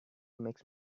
makes